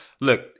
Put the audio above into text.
Look